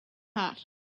cut